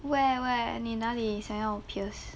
where where 你那里想要 pierce